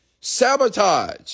sabotage